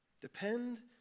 Depend